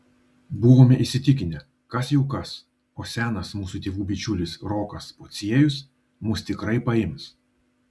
buvome įsitikinę kas jau kas o senas mūsų tėvų bičiulis rokas pociejus mus tikrai paims